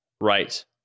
Right